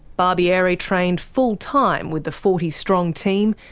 barbieri trained full-time with the forty strong team,